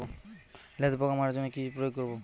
লেদা পোকা মারার জন্য কি প্রয়োগ করব?